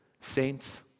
saints